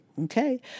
Okay